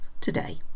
today